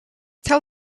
tell